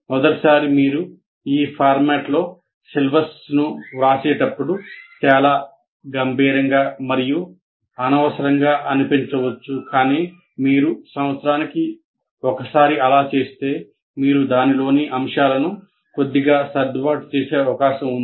మొదటిసారి మీరు ఈ ఫార్మాట్లో సిలబస్కు వ్రాసేటప్పుడు చాలా గంభీరంగా మరియు అనవసరంగా అనిపించవచ్చు కానీ మీరు సంవత్సరానికి ఒకసారి అలా చేస్తే మీరు దానిలోని అంశాలను కొద్దిగా సర్దుబాటు చేసే అవకాశం ఉంది